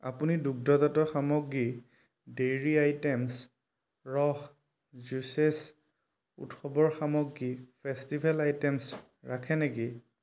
আপুনি দুগ্ধজাত সামগ্ৰী ৰস উৎসৱৰ সামগ্ৰী ৰাখে নেকি